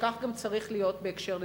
וכך גם צריך להיות בקשר לסמים,